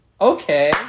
Okay